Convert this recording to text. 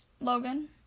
Logan